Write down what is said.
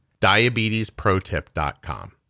DiabetesProtip.com